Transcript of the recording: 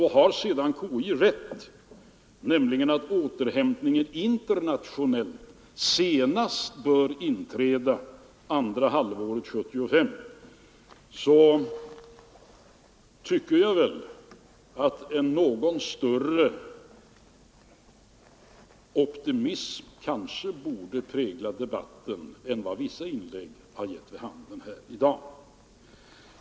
Har sedan konjunkturinstitutet rätt i att en internationell återhämtning bör inträda senast under andra halvåret 1975 borde en något större optimism prägla debatten än vad vissa inlägg har gett vid handen i dag.